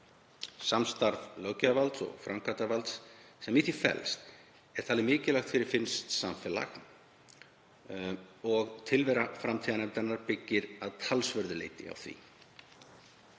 Samstarf löggjafarvalds og framkvæmdarvalds sem í því felst er talið mikilvægt fyrir finnskt samfélag og tilvera framtíðarnefndarinnar byggist að talsverðu leyti á því.